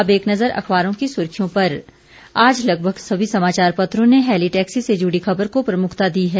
अब एक नजर अखबारों की सुर्खियों पर आज लगभग सभी समाचार पत्रों ने हेली टैक्सी से जुड़ी खबर को प्रमुखता दी है